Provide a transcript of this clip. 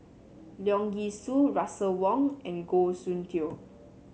Leong Yee Soo Russel Wong and Goh Soon Tioe